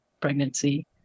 pregnancy